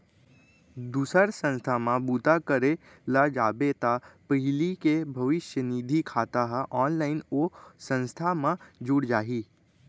दूसर संस्था म बूता करे ल जाबे त पहिली के भविस्य निधि खाता ह ऑनलाइन ओ संस्था म जुड़ जाही